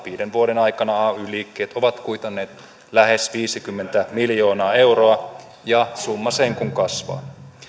viiden vuoden aikana kuitanneet lähes viisikymmentä miljoonaa euroa ja summa sen kuin kasvaa